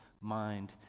mind